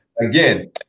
again